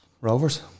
Rovers